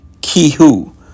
kihu